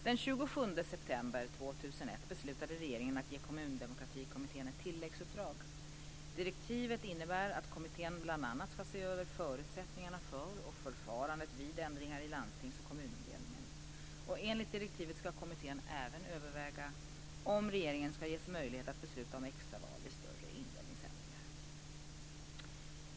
Den 27 september 2001 beslutade regeringen att ge Kommundemokratikommittén ett tilläggsuppdrag. Direktivet innebär att kommittén bl.a. ska se över förutsättningarna för och förfarandet vid ändringar i landstings och kommunindelningen. Enligt direktivet ska kommittén även överväga om regeringen ska ges möjlighet att besluta om extra val vid större indelningsändringar.